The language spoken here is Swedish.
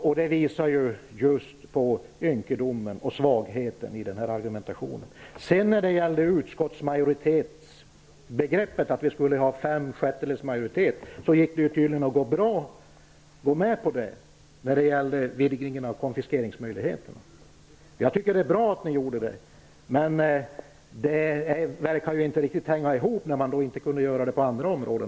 Detta visar just på ynkedomen och svagheten i moderaternas argumentation. När det gällde utskottsmajoritetsbegreppet, att det skulle vara fem sjättedelsmajoritet, gick det tydligen bra att gå med på vidgningen av konfiskeringsmöjligheterna. Jag tycker att det var bra att ni gjorde det. Men det hela verkar inte riktigt hänga ihop, eftersom ni inte anslöt er också på andra områden.